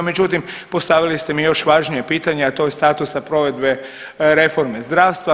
Međutim postavili ste mi još važnije pitanje, a to je statusa provedbe reforme zdravstva.